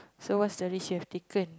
so what's the risk you have taken